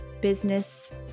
business